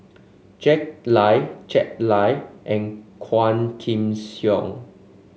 Jack Lai Jack Lai and Quah Kim Song